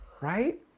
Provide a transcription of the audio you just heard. right